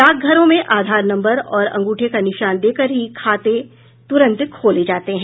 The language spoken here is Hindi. डाकघरों में आधार नम्बर और अगूठे का निशान देकर ही खाते तुरंत खोले जाते हैं